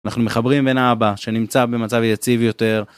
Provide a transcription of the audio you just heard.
אנחנו מחברים בין האבא שנמצא במצב יציב יותר.